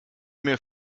mir